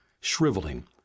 shriveling